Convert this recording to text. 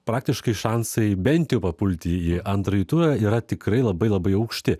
praktiškai šansai bent jau papulti į antrąjį turą yra tikrai labai labai aukšti